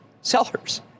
sellers